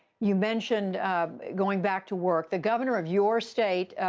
you mentioned going back to work. the governor of your state,